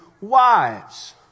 wives